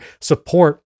support